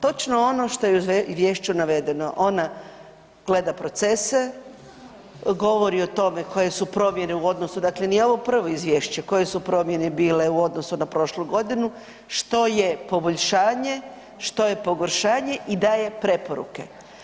Točno ono što je u izvješću navedeno, ona gleda procese, govori o tome koje su promjene u odnosu, dakle nije ovo prvo izvješće, koje su promjene bile u odnosu na prošlu godinu, što je poboljšanje, što je pogoršanje i daje preporuke.